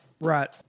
Right